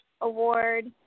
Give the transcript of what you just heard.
Award